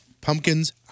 Pumpkins